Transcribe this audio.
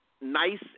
nice